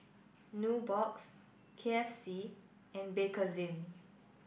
Nubox K F C and Bakerzin